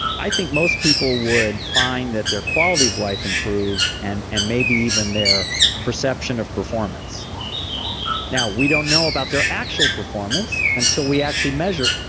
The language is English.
i think most people would find that their quality of life improved and and maybe even their perception of performance now we don't know about their actual performance until we actually measure.